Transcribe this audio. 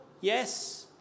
yes